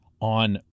on